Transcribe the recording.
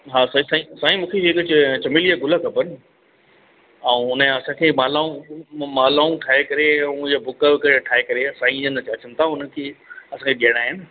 हा साईं साईं मूंखे ईअं तो चमेलीअ जो ग़ुल खपनि ऐं उनजा सठि मालाऊं मालाऊं ठाहे करे ऐं बुकल करे ठाहे करे साईं ईअं न चिंता उनजी असांखे ॾेयणा आहिनि